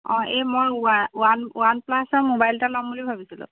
অঁ এই মই ৱান ৱান প্লাছৰ মোবাইল এটা ল'ম বুলি ভাবিছিলোঁ